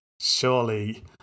surely